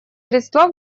средства